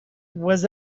was